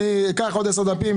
קח עוד עשרה דפים,